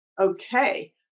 Okay